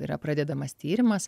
yra pradedamas tyrimas